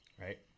right